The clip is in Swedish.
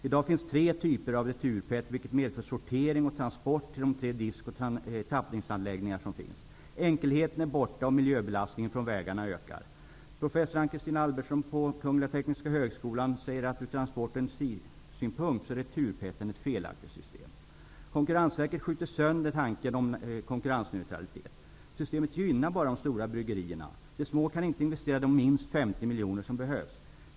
I dag finns tre typer av retur-PET-flaska, vilket medför sortering och transport till de tre disk och tappningsanläggningar som finns. Enkelheten är borta, och miljöbelastningen på vägarna ökar. Professor Ann Christine Albertsson på Tekniska högskolan säger att retur-PET ur transportoch energisynpunkt är ett felaktigt system. Konkurrensverket skjuter sönder tanken om konkurrensneutralitet. Systemet gynnar bara de stora bryggerierna. De små kan inte investera de minst 50 miljoner som behövs.